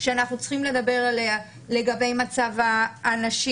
שאנחנו צריכים לדבר עליה לגבי מצב הנשים,